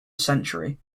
century